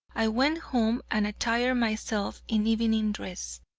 i went home and attired myself in evening dress.